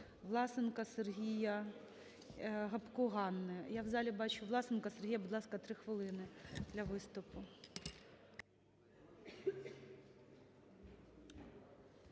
Власенка Сергія, Гопко Ганни. Я в залі бачу Власенка Сергія. Будь ласка, 3 хвилини для виступу.